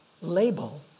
label